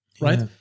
right